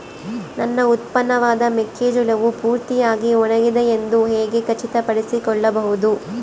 ನನ್ನ ಉತ್ಪನ್ನವಾದ ಮೆಕ್ಕೆಜೋಳವು ಪೂರ್ತಿಯಾಗಿ ಒಣಗಿದೆ ಎಂದು ಹೇಗೆ ಖಚಿತಪಡಿಸಿಕೊಳ್ಳಬಹುದು?